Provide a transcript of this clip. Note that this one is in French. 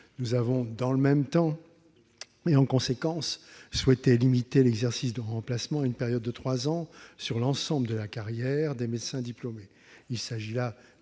Nous avons, dans le même temps et en conséquence, souhaité limiter l'exercice en remplacement à une période de trois ans sur l'ensemble de la carrière des médecins diplômés.